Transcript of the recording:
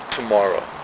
Tomorrow